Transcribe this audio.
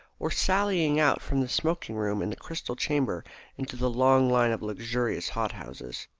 or sallying out from the smoking-room in the crystal chamber into the long line of luxurious hot-houses.